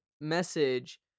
message